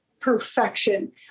perfection